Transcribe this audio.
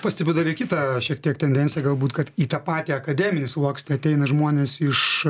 pastebiu dar ir kitą šiek tiek tendenciją galbūt kad į tą patį akademinį sluoksnį ateina žmonės iš